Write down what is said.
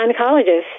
gynecologist